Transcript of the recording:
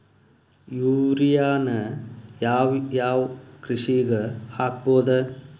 ಯೂರಿಯಾನ ಯಾವ್ ಯಾವ್ ಕೃಷಿಗ ಹಾಕ್ಬೋದ?